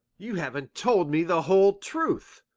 you haven't told me the whole truth.